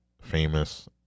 famous